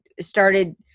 started